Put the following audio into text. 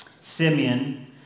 Simeon